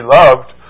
loved